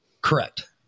Correct